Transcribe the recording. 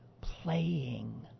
playing